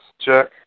check